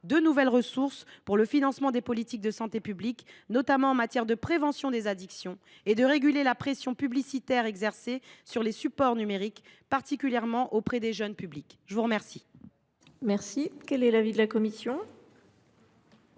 de nouvelles ressources pour financer des politiques de santé publique, notamment en matière de prévention des addictions, et de réguler la pression publicitaire exercée sur les supports numériques, particulièrement auprès des jeunes publics. Quel